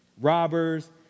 Robbers